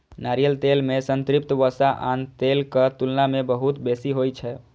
नारियल तेल मे संतृप्त वसा आन तेलक तुलना मे बहुत बेसी होइ छै